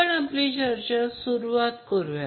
आपण आपली चर्चा सुरुवात करूया